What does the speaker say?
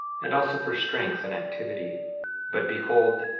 and also for strength and activity but behold,